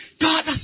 God